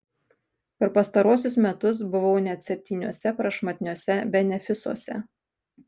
per pastaruosius metus buvau net septyniuose prašmatniuose benefisuose